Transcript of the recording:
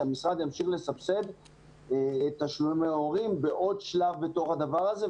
שהמשרד ימשיך לסבסד תשלומי הורים בעוד שלב בתוך הדבר הזה.